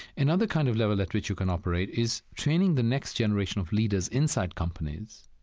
another kind of level at which you can operate is training the next generation of leaders inside companies,